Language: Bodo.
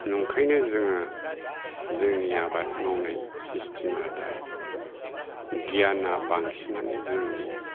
नंखायनो जोङो जोंनि आबाद मावनाय सिस्तेमा दा गियाना बांसिनानो जोंनि